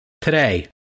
Today